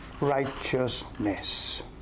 righteousness